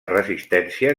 resistència